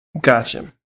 Gotcha